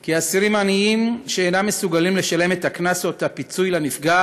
כי אסירים עניים שאינם מסוגלים לשלם את הקנס או את הפיצוי לנפגע